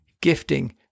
Gifting